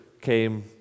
came